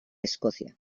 escocia